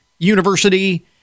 University